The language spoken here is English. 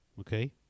Okay